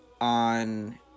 on